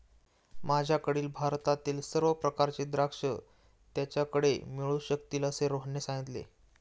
माझ्याकडील भारतातील सर्व प्रकारची द्राक्षे त्याच्याकडे मिळू शकतील असे रोहनने सांगितले